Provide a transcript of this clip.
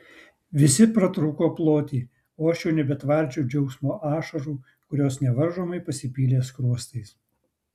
visi pratrūko ploti o aš jau nebetvardžiau džiaugsmo ašarų kurios nevaržomai pasipylė skruostais